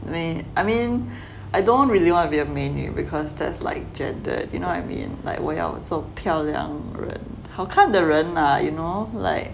I mean I mean I don't really want to be a 美女 because that's like gender you know what I mean like 我要做漂亮人好看的人 ah you know like